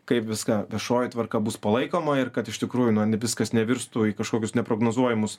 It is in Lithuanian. kaip viską viešoji tvarka bus palaikoma ir kad iš tikrųjų man viskas nevirstų į kažkokius neprognozuojamus